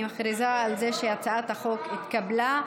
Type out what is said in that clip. אני מכריזה שהצעת החוק התקבלה,